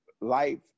life